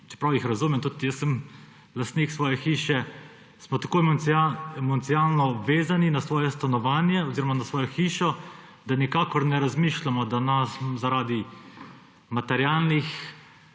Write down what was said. čeprav jih razumem, tudi jaz sem lastnik svoje hiše, smo tako emocionalno vezani na svoje stanovanje oziroma na svojo hišo, da – zaradi materialnih